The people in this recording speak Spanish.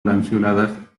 lanceoladas